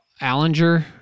Allinger